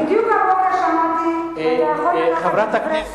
בדיוק הבוקר שמעתי, אתה יכול לקחת, חברת הכנסת,